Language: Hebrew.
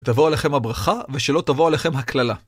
תבוא עליכם הברכה, ושלא תבוא עליכם הקללה.